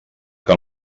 que